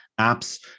apps